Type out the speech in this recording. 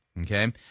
Okay